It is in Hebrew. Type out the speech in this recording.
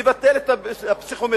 לבטל את הפסיכומטרי,